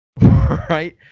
right